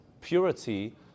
purity